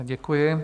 Děkuji.